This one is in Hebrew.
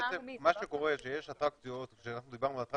בעצם מה שקורה זה שיש אטרקציות כמו רכבל,